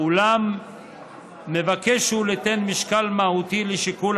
אולם מבקש הוא ליתן משקל מהותי לשיקול